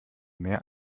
mehr